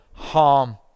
harm